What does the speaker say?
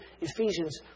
Ephesians